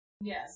Yes